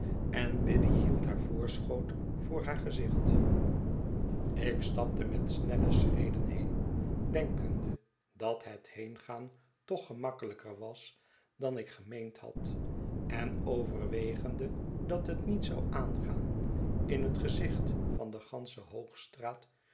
en biddy hield haar voorschoot voor haar gezicht r ik stapte met snelle scbreden heen denkende dat het heengaan toch gemakkelijker was dan ik gemeend had en overwegende dat het niet zou aangaan in het gezicht van de gansche hoogstraat